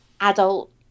adult